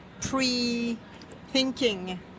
pre-thinking